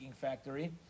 factory